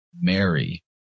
Mary